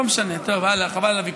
לא משנה, הלאה, חבל על הוויכוח.